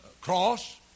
cross